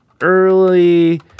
early